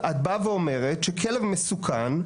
את באה ואומרת שכלב מסוכן,